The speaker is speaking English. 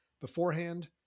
beforehand